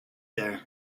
there